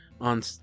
on